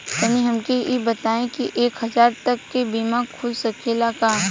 तनि हमके इ बताईं की एक हजार तक क बीमा खुल सकेला का?